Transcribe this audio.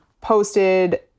posted